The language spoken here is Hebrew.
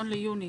ל-1 ביוני.